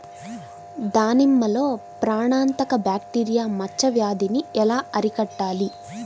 దానిమ్మలో ప్రాణాంతక బ్యాక్టీరియా మచ్చ వ్యాధినీ ఎలా అరికట్టాలి?